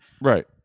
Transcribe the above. right